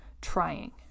trying